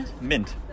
Mint